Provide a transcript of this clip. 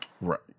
Right